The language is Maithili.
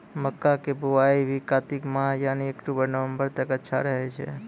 मक्का के बुआई भी कातिक मास यानी अक्टूबर नवंबर तक अच्छा रहय छै